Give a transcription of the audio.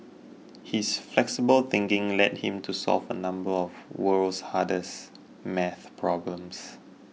his flexible thinking led him to solve a number of the world's hardest maths problems